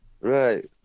Right